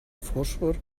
fòsfor